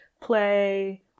play